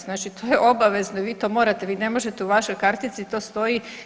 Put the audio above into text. Znači to je obavezno i vi to morate, vi ne možete u vašoj kartici to stoji.